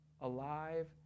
alive